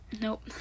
Nope